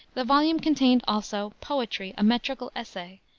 the volume contained also poetry a metrical essay,